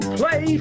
play